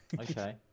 okay